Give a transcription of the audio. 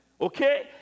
Okay